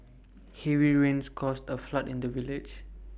heavy rains caused A flood in the village